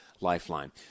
Lifeline